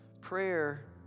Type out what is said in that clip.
prayer